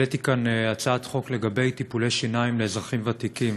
העליתי כאן הצעת חוק לגבי טיפולי שיניים לאזרחים ותיקים.